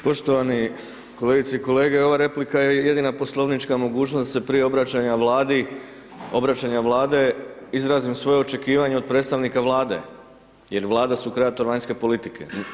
Poštovani kolegice i kolege, ova replika je jedina poslovnička mogućnost da se prije obraćanja Vladi, obraćanja Vlade izrazim svoje očekivanje od predstavnika Vlade, jer Vlada je sukreator vanjske politike.